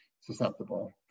susceptible